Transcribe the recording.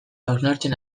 hausnartzen